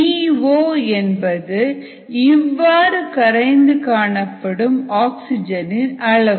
D O என்பது இவ்வாறு கரைந்து காணப்படும் ஆக்சிஜனின் அளவு